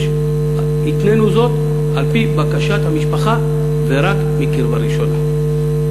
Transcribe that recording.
התנינו זאת, על-פי בקשת המשפחה, ורק מקרבה ראשונה.